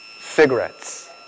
cigarettes